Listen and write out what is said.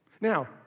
Now